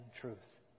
truth